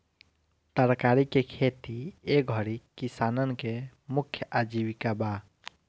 तरकारी के खेती ए घरी किसानन के मुख्य आजीविका बा